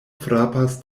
frapas